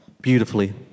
beautifully